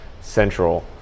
Central